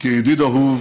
כידיד אהוב